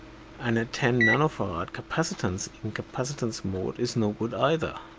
and a ten nf ah capacitance in capacitance mode is no good either.